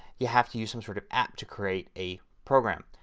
you have to use some sort of app to create a program.